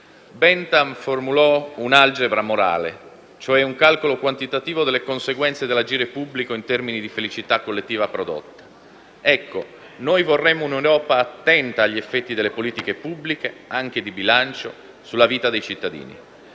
Bentham formulò un'algebra morale, cioè un calcolo quantitativo delle conseguenze dell'agire pubblico in termini di felicità collettiva prodotta. Noi vorremmo un'Europa attenta agli effetti delle politiche pubbliche, anche di bilancio, sulla vita dei cittadini